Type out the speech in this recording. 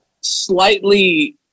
slightly